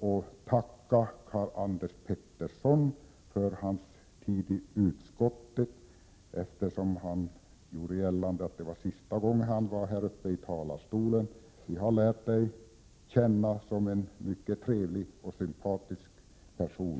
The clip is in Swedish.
att tacka Karl-Anders Petersson för hans tid i utskottet, eftersom han gjorde gällande att det var sista gången han var uppe i talarstolen. Vi har lärt känna Karl-Anders Petersson som en mycket trevlig och sympatisk person.